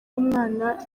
umwana